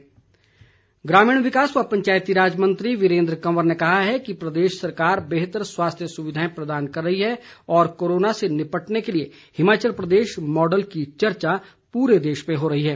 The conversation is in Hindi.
वीरेन्द्र कंवर ग्रामीण विकास व पंचायतीराज मंत्री वीरेन्द्र कंवर ने कहा है कि प्रदेश सरकार बेहतर स्वास्थ्य सुविधाएं प्रदान कर रही है और कोरोना से निपटने के लिए हिमाचल प्रदेश मॉडल की चर्चा पूरे देश में हो रही है